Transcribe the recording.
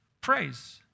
praise